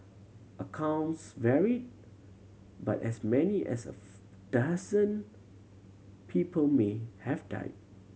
accounts varied but as many as a dozen people may have died